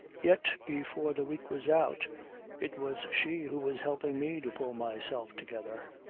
yet before the week was out it was she who was helping me to pull myself together.